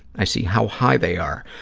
i see how high they are,